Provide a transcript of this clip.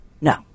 No